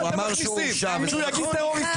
הוא אמר שהוא הורשע וזה נכון.